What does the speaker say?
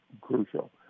crucial